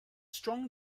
strong